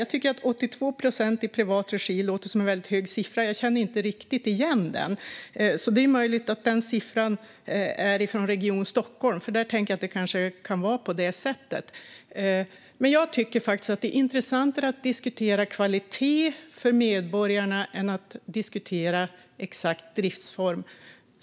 Jag tycker att 82 procent i privat regi låter som en mycket hög siffra. Jag känner inte riktigt igen den. Det är möjligt att den siffran är från Region Stockholm. Där kanske det kan vara på det sättet. Det är intressantare att diskutera kvaliteten för medborgarna än att diskutera exakt driftsform.